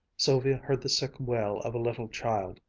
sylvia heard the sick wail of a little child.